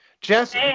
Jess